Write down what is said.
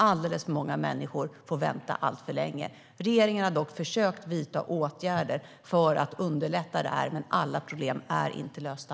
Alldeles för många människor får vänta alltför länge. Regeringen har dock försökt vidta åtgärder för att underlätta, men alla problem är inte lösta.